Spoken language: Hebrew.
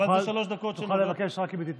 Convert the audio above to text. תוכל לבקש רק אם היא תתנגד.